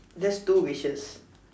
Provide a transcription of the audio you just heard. that's two wishes